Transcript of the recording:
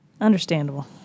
Understandable